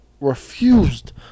Refused